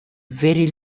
very